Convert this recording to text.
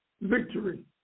victory